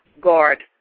guard